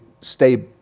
stay